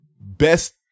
best